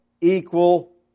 equal